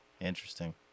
Interesting